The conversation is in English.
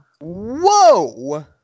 Whoa